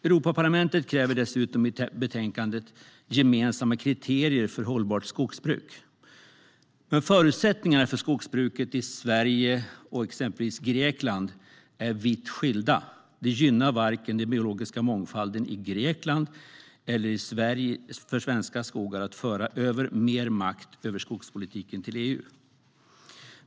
Europaparlamentet kräver dessutom i betänkandet gemensamma kriterier för hållbart skogsbruk. Men förutsättningarna för skogsbruket i Sverige och exempelvis Grekland är vitt skilda. Det gynnar varken den biologiska mångfalden i Grekland eller svenska skogar att föra över mer makt över skogspolitiken till EU.